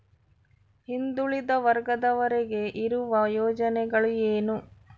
ಹಿಂದುಳಿದ ವರ್ಗದವರಿಗೆ ಇರುವ ಯೋಜನೆಗಳು ಏನು?